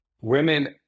Women